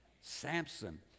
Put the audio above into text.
Samson